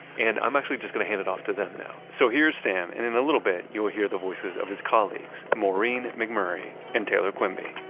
and i'm actually just going to hand it off to them now so here's sam and in a little bit, you'll hear the voices of his colleagues, maureen mcmurray and taylor quimby